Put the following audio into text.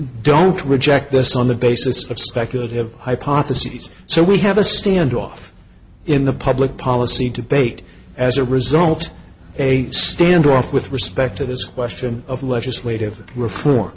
don't reject this on the basis of speculative hypotheses so we have a standoff in the public policy debate as a result a standoff with respect to this question of legislative reform